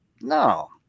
no